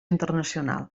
internacional